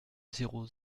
zéro